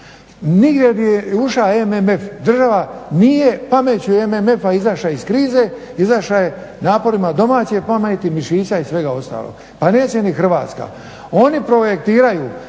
Nigdje gdje je ušao MMF država nije pameću MMF-a izašla iz krize, izašla je naporima domaće pameti, mišića i svega ostalog, pa neće ni Hrvatska. Oni projektiraju